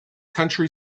county